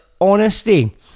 honesty